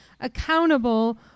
accountable